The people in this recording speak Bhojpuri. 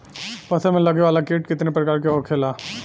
फसल में लगे वाला कीट कितने प्रकार के होखेला?